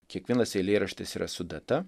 kiekvienas eilėraštis yra su data